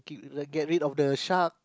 keep like get rid of the shark